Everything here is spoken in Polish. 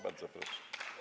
Bardzo proszę.